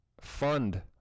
fund